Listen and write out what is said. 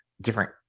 different